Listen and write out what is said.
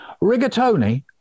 Rigatoni